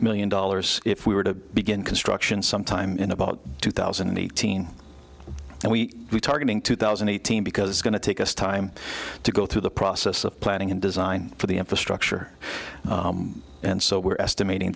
million dollars if we were to begin construction sometime in about two thousand and eighteen and we targeting two thousand and eighteen because it's going to take us time to go through the process of planning and design for the infrastructure and so we're estimating